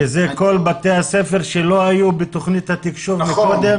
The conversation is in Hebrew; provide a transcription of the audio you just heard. שזה כל בתי הספר שלא היו בתכנית התקשוב מקודם.